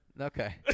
Okay